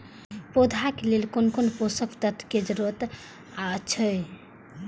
पौधा के लेल कोन कोन पोषक तत्व के जरूरत अइछ?